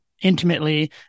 intimately